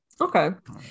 Okay